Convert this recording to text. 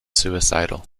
suicidal